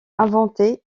inventé